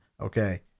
okay